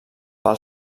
pel